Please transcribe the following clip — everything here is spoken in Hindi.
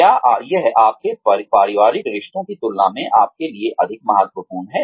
क्या यह आपके पारिवारिक रिश्तों की तुलना में आपके लिए अधिक महत्वपूर्ण है